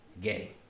gay